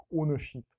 ownership